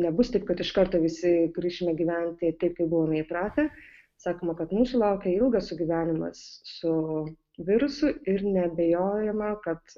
nebus taip kad iš karto visi grįšime gyventi taip kaip buvome įpratę sakoma kad mūsų laukia ilgas sugyvenimas su virusu ir neabejojama kad